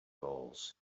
goals